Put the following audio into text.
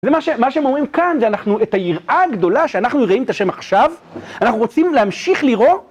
זה מה ש... מה שהם אומרים כאן, זה אנחנו, את היראה הגדולה שאנחנו רואים את השם עכשיו, אנחנו רוצים להמשיך לירוא...